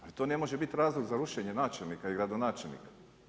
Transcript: Ali to ne može bit razlog za rušenje načelnika i gradonačelnika.